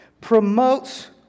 promotes